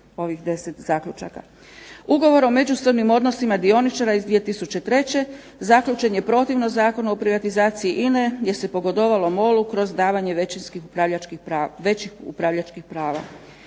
Ugovor o međusobnim odnosima dioničara iz 2003. zaključen je protivno Zakonu o privatizaciji INA-e gdje se pogodovalo MOL-u kroz davanje većih upravljačkih prava.